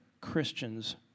Christians